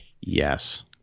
Yes